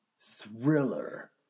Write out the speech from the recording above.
thriller